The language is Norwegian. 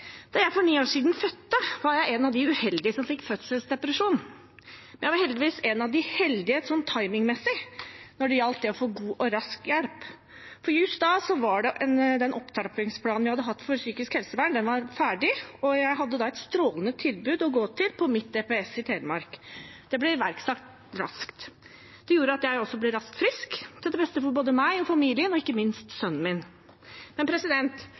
jeg for ni år siden fødte, var jeg en av de uheldige som fikk fødselsdepresjon. Jeg var heldigvis en av de heldige, sånn timingmessig, når det gjaldt å få god og rask hjelp. Just da var opptrappingsplanen vi hadde for psykisk helsevern, ferdig, og jeg hadde derfor et strålende tilbud å gå til på mitt DPS i Telemark. Det ble iverksatt raskt. Det gjorde at jeg også ble raskt frisk, til det beste for både meg og familien, og ikke minst sønnen min.